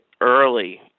early